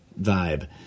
vibe